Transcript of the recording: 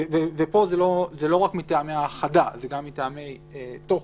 פה זה לא רק מטעמי האחדה אלא גם מטעמי תוכן,